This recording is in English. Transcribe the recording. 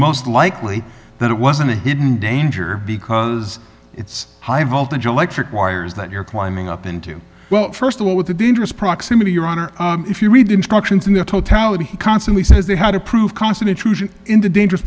most likely that it wasn't a hidden danger because it's high voltage electric wires that you're climbing up into well st of all with the dangerous proximity your honor if you read the instructions in their totality he constantly says they had to prove constant intrusion into dangerous